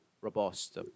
robust